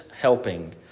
helping